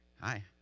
Hi